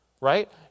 right